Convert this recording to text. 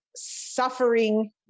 suffering